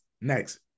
Next